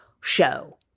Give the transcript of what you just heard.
show